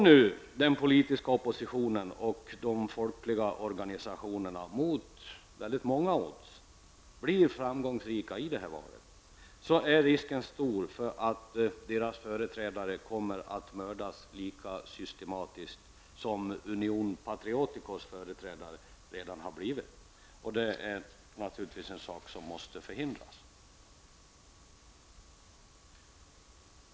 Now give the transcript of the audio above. Om den politiska oppositionen och de folkliga organisationerna mot väldigt många odds blir framgångsrika i valet, är risken stor att deras företrädare kommer att mördas lika systematiskt som Unión Patrióticos företrädare. Detta är naturligtvis något som måste förhindras.